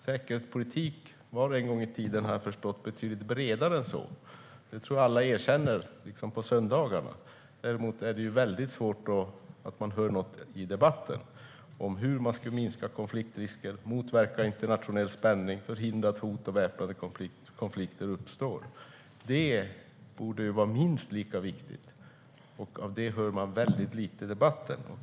Säkerhetspolitik var en gång i tiden, har jag förstått, betydligt bredare än så. Det tror jag att alla erkänner på söndagarna, men däremot hör man sällan något i debatten om hur man ska minska konfliktrisker, motverka internationell spänning och förhindra att hot och väpnade konflikter uppstår. Det borde vara minst lika viktigt, och av det hör man väldigt lite i debatten.